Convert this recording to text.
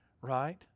right